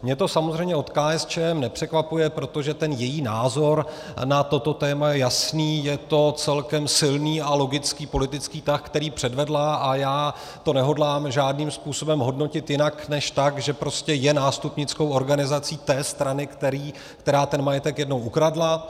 Mně to samozřejmě od KSČM nepřekvapuje, protože její názor na toto téma je jasný, je to celkem silný a logický politický tah, který předvedla, a já to nehodlám žádným způsobem hodnotit jinak než tak, že prostě je nástupnickou organizací té strany, která ten majetek jednou ukradla.